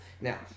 Now